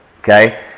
Okay